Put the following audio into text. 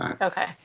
Okay